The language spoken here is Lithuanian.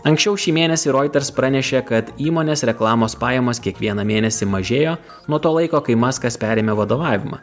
anksčiau šį mėnesį reuters pranešė kad įmonės reklamos pajamos kiekvieną mėnesį mažėjo nuo to laiko kai maskas perėmė vadovavimą